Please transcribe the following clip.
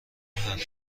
هردو